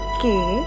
Okay